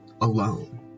alone